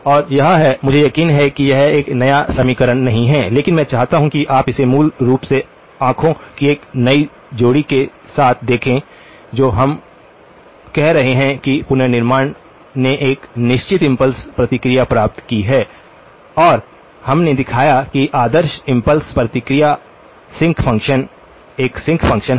और यह है मुझे यकीन है कि यह एक नया समीकरण नहीं है लेकिन मैं चाहता हूं कि आप इसे मूल रूप से आँखों की एक नई जोड़ी के साथ देखें जो हम कह रहे हैं कि पुनर्निर्माण ने एक निश्चित इम्पल्स प्रतिक्रिया प्राप्त की है और हमने दिखाया कि आदर्श इम्पल्स प्रतिक्रिया एकसिंक फंक्शन है